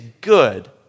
good